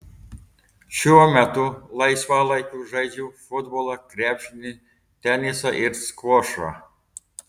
šiuo metu laisvalaikiu žaidžiu futbolą krepšinį tenisą ir skvošą